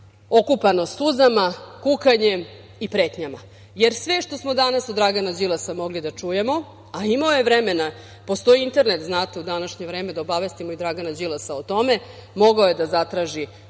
okupano suzama, kukanjem i pretnjama. Sve što smo danas od Dragana Đilasa mogli da čujemo, a imao je vremena, postoji internet, znate, u današnje vreme, da obavestimo i Dragana Đilasa o tome, mogao je da zatraži